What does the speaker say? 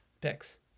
picks